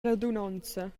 radunonza